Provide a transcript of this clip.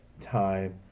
time